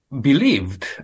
believed